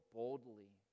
boldly